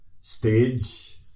stage